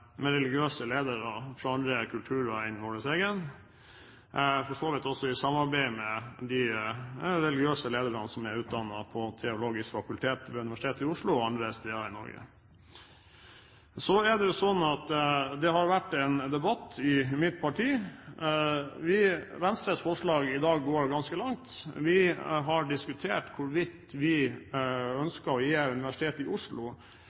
religiøse ledere fra andre kulturer enn vår egen, for så vidt også i samarbeid med de religiøse lederne som er utdannet ved Det teologiske fakultet ved Universitetet i Oslo og andre steder i Norge. Det har vært en debatt i mitt parti. Venstres forslag i dag går ganske langt. Vi har diskutert hvorvidt vi ønsker å gi Universitetet i Oslo